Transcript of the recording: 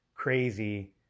crazy